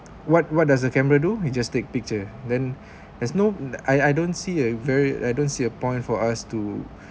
what what does a camera do we just take picture then there no I I don't see a very I don't see a point for us to